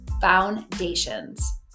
Foundations